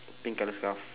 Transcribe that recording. pink colour scarf